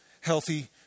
healthy